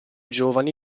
giovani